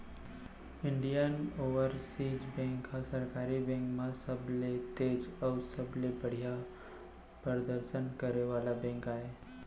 Indian Overseas Bank ह सरकारी bank म सबले तेज अउ सबले बड़िहा परदसन करे वाला बेंक आय